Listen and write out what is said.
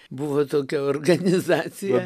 buvo tokia organizacija